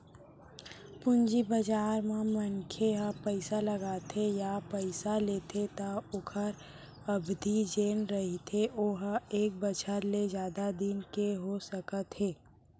पूंजी बजार म मनखे ह पइसा लगाथे या पइसा लेथे त ओखर अबधि जेन रहिथे ओहा एक बछर ले जादा दिन के हो सकत हे